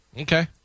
Okay